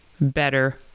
better